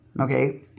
Okay